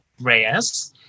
Reyes